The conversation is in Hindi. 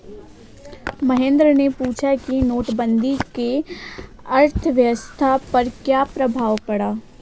महेंद्र ने पूछा कि नोटबंदी से अर्थव्यवस्था पर क्या प्रभाव पड़ा